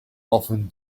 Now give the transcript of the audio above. often